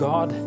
God